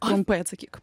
trumpai atsakyk